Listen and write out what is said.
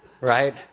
right